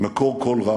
מקור כל רע.